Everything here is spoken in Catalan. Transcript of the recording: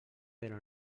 però